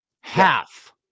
half